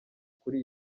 kuri